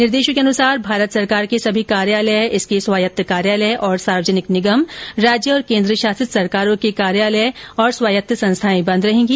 निर्देशों के अनुसार भारत सरकार के सभी कार्यालय इसके स्वायत्त कार्यालय और सार्वजनिक निगम राज्य और केन्द्रशासित सरकारों के कार्यालय स्वायत्त संस्थाएं बंद रहेंगी